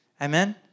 Amen